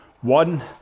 one